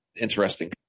interesting